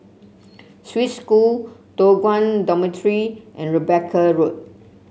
Swiss School Toh Guan Dormitory and Rebecca Road